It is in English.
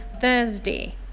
Thursday